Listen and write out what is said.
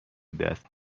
دست